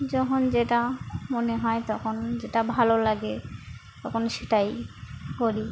যখন যেটা মনে হয় তখন যেটা ভালো লাগে তখন সেটাই করি